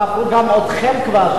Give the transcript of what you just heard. ספרו גם אתכם כבר,